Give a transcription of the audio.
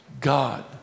God